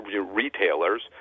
retailers